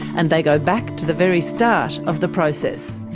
and they go back to the very start of the process.